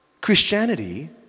Christianity